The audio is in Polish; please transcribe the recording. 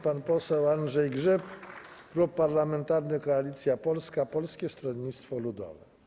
Pan poseł Andrzej Grzyb, klub parlamentarny Koalicja Polska - Polskie Stronnictwo Ludowe.